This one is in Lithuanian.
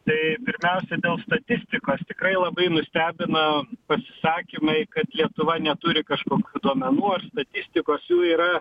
tai pirmiausia dėl statistikos tikrai labai nustebina pasisakymai kad lietuva neturi kažkokių duomenų ar statistikos jų yra